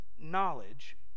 knowledge